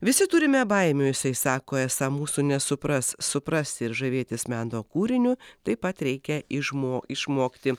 visi turime baimių jisai sako esą mūsų nesupras supras ir žavėtis meno kūriniu taip pat reikia išmo išmokti